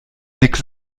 nix